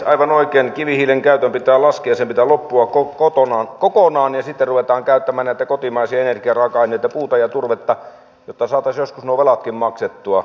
aivan oikein kivihiilen käytön pitää laskea ja sen pitää loppua kokonaan ja sitten ruvetaan käyttämään näitä kotimaisia energiaraaka aineita puuta ja turvetta jotta saataisiin joskus nuo velatkin maksettua